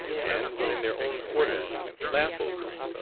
and when in their own quarters laugh over it,